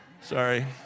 sorry